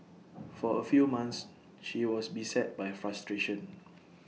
for A few months she was beset by frustration